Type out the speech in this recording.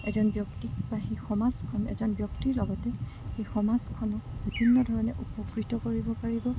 এজন ব্যক্তিক বা সেই সমাজখন এজন ব্যক্তিৰ লগতে সেই সমাজখনক বিভিন্ন ধৰণে উপকৃত কৰিব পাৰিব